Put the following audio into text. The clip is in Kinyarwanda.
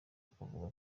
akavuga